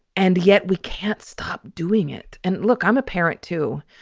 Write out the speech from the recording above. and yet we can't stop doing it. and look, i'm a parent, too.